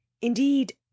indeed